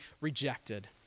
rejected